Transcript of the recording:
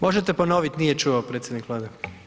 Možete ponovit, nije čuo predsjednik Vlade.